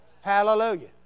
Hallelujah